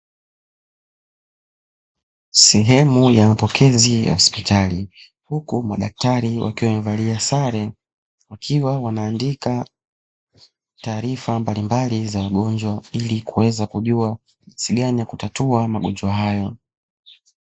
Sehemu ya mapokezi ya hospitali huku madaktari wakiwa wamevalia sare wakiwa wanaandika taarifa mbalimbali za wagonjwa, ili kuweza kujua jinsi gani ya kutatua magonjwa hayo.